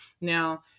Now